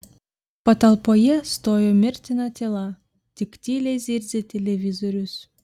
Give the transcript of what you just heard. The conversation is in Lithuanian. patalpoje stojo mirtina tyla tik tyliai zirzė televizorius